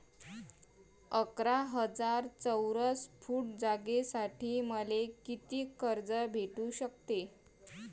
अकरा हजार चौरस फुट जागेसाठी मले कितीक कर्ज भेटू शकते?